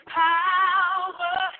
power